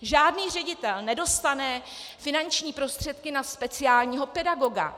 Žádný ředitel nedostane finanční prostředky na speciálního pedagoga.